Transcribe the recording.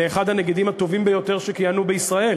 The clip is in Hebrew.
לאחד הנגידים הטובים ביותר שכיהנו בישראל